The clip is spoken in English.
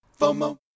FOMO